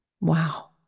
Wow